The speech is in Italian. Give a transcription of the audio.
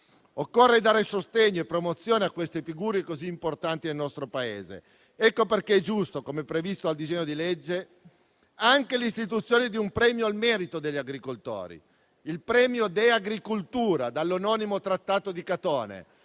Occorre dare sostegno e promozione a queste figure così importanti nel nostro Paese. Ecco perché è giusto, come previsto dal disegno di legge, prevedere l'istituzione di un premio al merito degli agricoltori. Il premio «*De agri cultura*», dall'omonimo trattato di Catone,